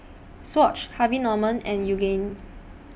Swatch Harvey Norman and Yoogane